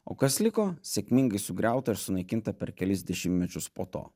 o kas liko sėkmingai sugriauta ir sunaikinta per kelis dešimtmečius po to